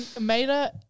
Maida